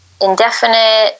indefinite